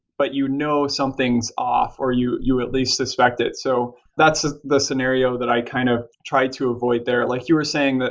but you know something is off or you you at least suspect it. so that's ah the scenario that i kind of try to avoid there. like you were saying,